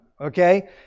Okay